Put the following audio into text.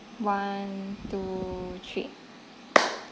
one two three